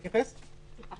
מה